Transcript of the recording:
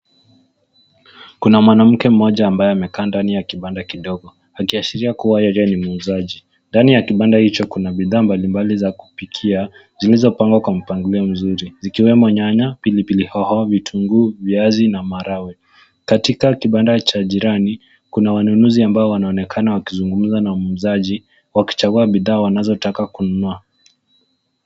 Kuna mwanamke mmoja ambaye amekaa ndani ya kibanda kidogo akiashiria kuwa yeye ni muuzaji. Ndani ya kibanda hicho kuna bidhaa mbalimbali za kupikia zimeweza kupangwa kwa mpangilio mzuri zikiwemo nyanya, pilipili hoho, vitunguu, viazi na maharagwe. Katikati kibanda cha jirani kuna wanunuzi ambao wanaonekana wakizungumza na muuzaji wakichagua bidhaa wanazotaka kununua.